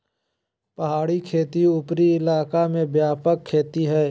पहाड़ी खेती उपरी इलाका में व्यापक खेती हइ